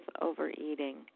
overeating